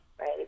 right